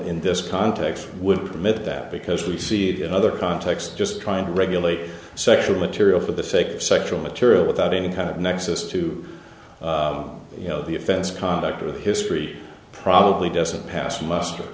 in this context would permit that because we see in other contexts just trying to regulate sexual material for the sake of sexual material without any kind of nexus to you know the offense conduct or the history probably doesn't pass muster